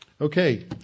Okay